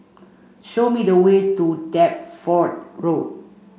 show me the way to Deptford Road